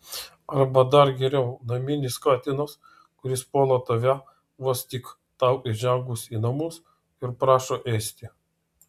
arba dar geriau naminis katinas kuris puola tave vos tik tau įžengus į namus ir prašo ėsti